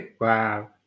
Wow